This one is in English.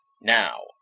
Now